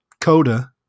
coda